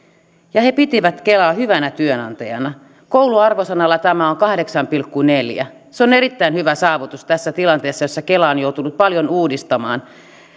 ja he pitivät kelaa hyvänä työnantajana kouluarvosanalla tämä on kahdeksan pilkku neljä se on erittäin hyvä saavutus tässä tilanteessa jossa kela on joutunut paljon